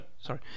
Sorry